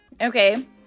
okay